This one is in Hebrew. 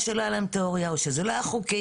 שלא היתה להם תיאוריה או שזה לא היה חוקי,